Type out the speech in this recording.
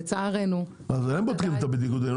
לצערנו --- אבל הם בודקים את הניגוד עניינים,